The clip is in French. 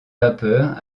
vapeur